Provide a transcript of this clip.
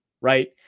right